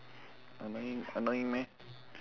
annoying annoying meh